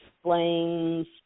explains